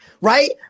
right